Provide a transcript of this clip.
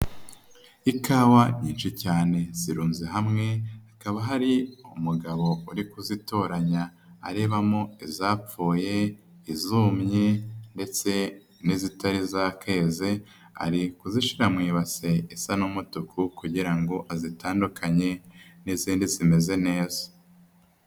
Ikawa nyinshi cyane, zirunze hamwe, hakaba hari umugabo uri kuzitoranya, arebamo izapfuye, izumye ndetse n'izitari zakeze. Ari kuzishyira mu ibasi isa n'umutuku, kugira ngo azitandukanye n'izindi zimeze neza.